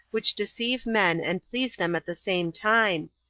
which deceive men and please them at the same time,